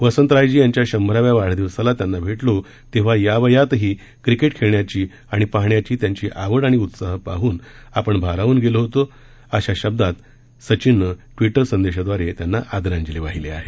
वसंत रायजी यांच्या शंभराव्या वाढदिवसाला त्यांना भेटलो तेव्हा या वयातही क्रिकेट खेळण्याची आणि पाहण्याची त्यांची आवड आणि उत्साह पाहून आपण भारावून गेलो अशा शब्दात सतीननं ट्विटर संदेशाद्वारे त्यांना आदरांजली वाहिली आहे